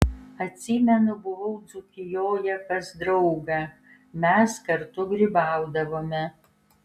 atsimenu buvau dzūkijoje pas draugą mes kartu grybaudavome